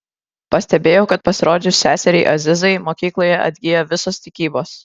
pastebėjau kad pasirodžius seseriai azizai mokykloje atgijo visos tikybos